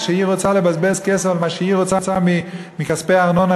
כשהיא רוצה לבזבז כסף על מה שהיא רוצה מכספי הארנונה